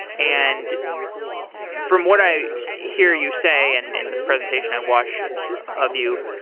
and from what i hear you say and in the presentation i watched of you,